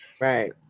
Right